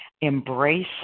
embrace